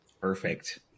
Perfect